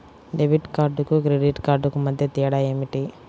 Debit కార్డుకు credit credit కార్డుకు మధ్య తేడా ఏమిటీ?